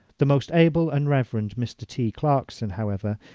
the most able and reverend mr. t. clarkson, however,